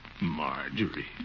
Marjorie